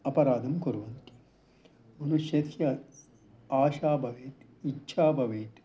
अपराधं कुर्वन्ति मनुष्यस्य आशा भवेत् इच्छा भवेत्